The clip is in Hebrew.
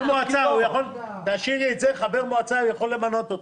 אפשר למנות.